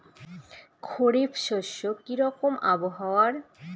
খরিফ শস্যে কি রকম আবহাওয়ার?